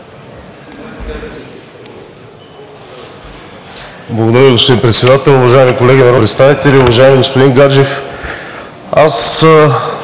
Благодаря Ви, господин Председател. Уважаеми колеги народни представители! Уважаеми господин Гаджев,